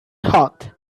hot